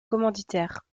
commanditaire